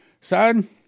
son